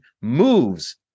moves